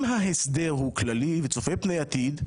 אם ההסדר הוא כללי וצופה פני עתיד,